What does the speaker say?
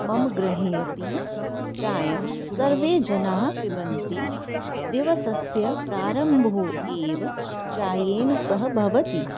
मम गृहेऽपि चायं सर्वे जनाः पिबन्ति दिवसस्य प्रारम्भः एव चायेन सह भवति